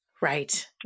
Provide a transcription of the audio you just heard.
Right